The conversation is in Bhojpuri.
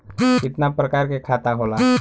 कितना प्रकार के खाता होला?